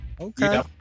okay